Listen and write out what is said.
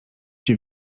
cię